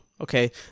Okay